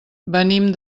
venim